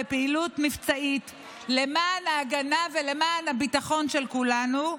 בפעילות מבצעית למען ההגנה והביטחון של כולנו,